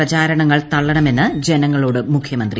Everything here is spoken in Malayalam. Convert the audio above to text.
പ്രചാരണങ്ങൾ തള്ളണമെന്ന് ജനങ്ങളോട് മുഖൃമന്ത്രി